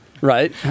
right